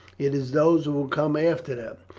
it is those who will come after them.